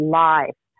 life